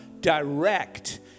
direct